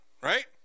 Right